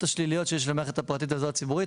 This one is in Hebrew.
השליליות שיש למערכת הפרטית על זו הציבורית,